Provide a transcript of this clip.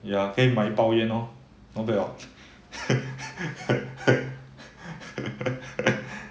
ya 可以买一包烟咯要不要